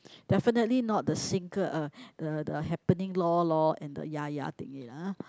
definitely not the single uh the the happening loh loh and the ya ya thing lah